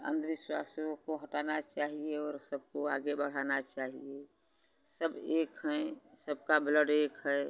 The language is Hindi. अंधविश्वासों को हटाना चाहिए और सबको आगे बढ़ाना चाहिए सब एक हैं सबका ब्लड एक है